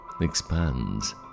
expands